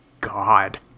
God